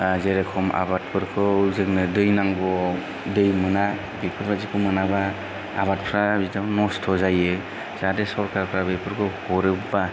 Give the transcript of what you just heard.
जेरख'म आबादफोरखौ जोंनो दै नांगौआव दै मोना बिफोरबायदिखौ मोनाब्ला आबादफ्रा बिदियावनो नस्थ' जायो जाहाथे सरखारफ्रा बिफोरखौ हरोब्ला